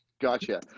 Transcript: Gotcha